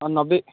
ଆଉ ନବେ